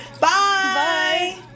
Bye